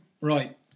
Right